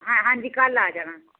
ਹਾਂ ਹਾਂਜੀ ਕੱਲ੍ਹ ਆ ਜਾਣਾ